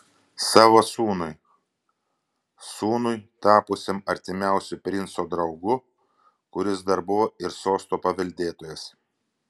savo sūnui sūnui tapusiam artimiausiu princo draugu kuris dar buvo ir sosto paveldėtojas